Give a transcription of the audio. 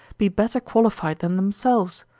be better qualified than themselves.